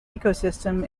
ecosystem